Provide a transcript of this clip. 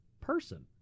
person